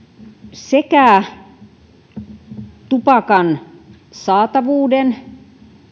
sekä tupakan saatavuuden